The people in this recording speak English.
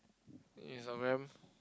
Instagram